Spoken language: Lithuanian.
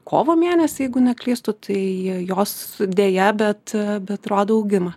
kovo mėnesį jeigu neklystu tai jos deja bet bet rodo augimą